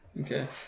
Okay